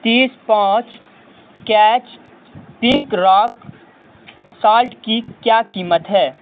تیس پانچ کیچ پنک راک سالٹ کی کیا قیمت ہے